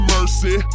Mercy